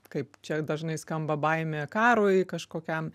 kaip čia dažnai skamba baimė karui kažkokiam